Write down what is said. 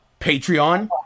Patreon